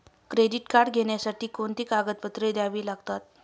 Credit card घेण्यासाठी कोणती कागदपत्रे घ्यावी लागतात?